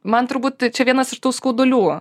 man turbūt čia vienas iš tų skaudulių